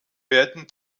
werden